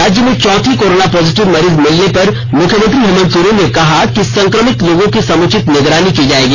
राज्य में चौथी कोरोना पॉजिटिव मरीज मिलने पर मुख्यमुंत्री हेमंत सोरेन ने कहा कि संक्रमित लोगों की समुचित निगरानी की जाएगी